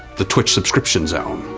the twitch subscription zone.